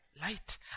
light